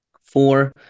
Four